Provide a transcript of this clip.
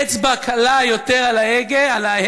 אצבע קלה יותר על ההדק